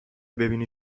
ببینی